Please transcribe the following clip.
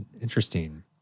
interesting